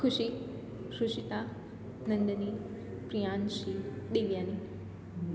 Khushi Sushita Nandini Priyanshi Devyani